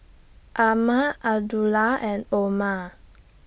Ahmad Abdullah and Omar